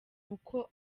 uko